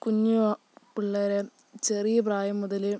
കുഞ്ഞു പിള്ളേരെ ചെറിയ പ്രായം മുതല്